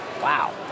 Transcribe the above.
Wow